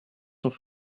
son